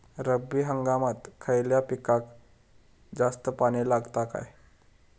रब्बी हंगामात खयल्या पिकाक जास्त पाणी लागता काय?